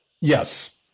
Yes